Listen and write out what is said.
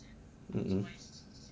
mm mm